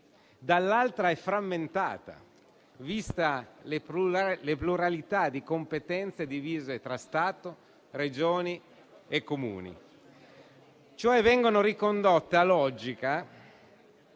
dall'altra, è frammentata, viste le pluralità di competenze divise tra Stato, Regioni e Comuni. In pratica vengono ricondotte a logica,